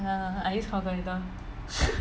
ah I use calculator